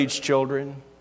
children